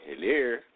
Hello